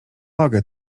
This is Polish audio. nogę